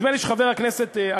נדמה לי שחבר הכנסת אגבאריה,